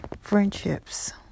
friendships